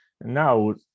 now